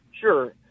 Sure